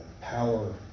power